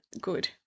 good